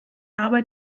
arbeit